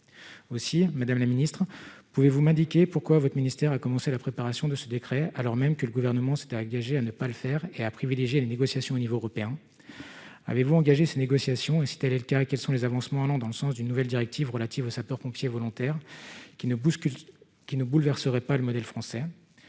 aussi, madame la ministre, pouvez-vous m'indiquer pourquoi votre ministère a commencé la préparation de ce décret, alors même que le gouvernement s'était engagé à ne pas le faire et à privilégier les négociations au niveau européen, avez-vous engager ces négociations et c'était le cas, quels sont les avancements allant dans le sens d'une nouvelle directive relative aux sapeurs-pompiers volontaires, qui ne bouscule qui ne bouleverserait pas le modèle français,